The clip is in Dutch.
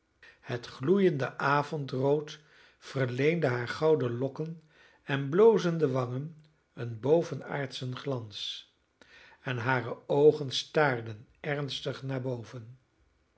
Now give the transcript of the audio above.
het gloeiende avondrood verleende haar gouden lokken en blozende wangen een bovenaardschen glans en hare oogen staarden ernstig naar boven